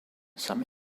some